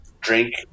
drink